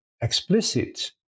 explicit